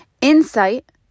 Insight